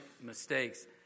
mistakes